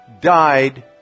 died